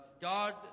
God